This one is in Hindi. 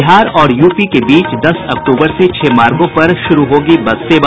बिहार और यूपी के बीच दस अक्टूबर से छह मार्गों पर शुरू होगी बस सेवा